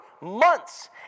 months